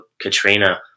Katrina